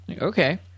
okay